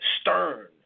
stern